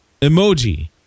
emoji